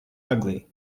ugly